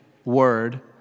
word